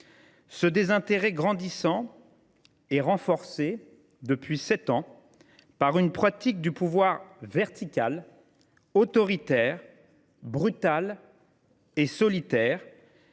Ce désintérêt grandissant est renforcé depuis sept ans par une pratique verticale, autoritaire, brutale et solitaire